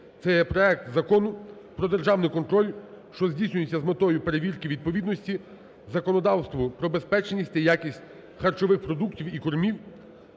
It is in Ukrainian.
Це є проект Закону про державний контроль, що здійснюється з метою перевірки відповідності законодавству про безпечність та якість харчових продуктів і кормів.